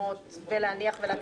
לרשומות ולהניח אותה.